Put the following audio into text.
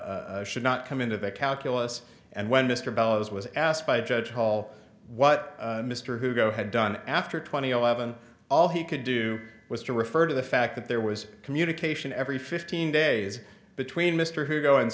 evidence should not come into the calculus and when mr bellows was asked by judge paul what mr hu go had done after twenty eleven all he could do was to refer to the fact that there was communication every fifteen days between mr who go and